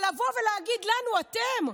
אבל לבוא ולהגיד לנו: אתם,